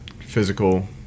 physical